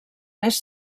més